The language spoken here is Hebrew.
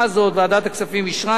ועדת הכספים אישרה את זה,